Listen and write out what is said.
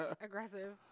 aggressive